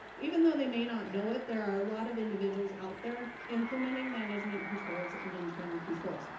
even though they may not know it, there are a lot of individuals out there implementing management controls and internal controls.